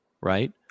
right